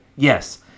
Yes